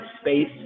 space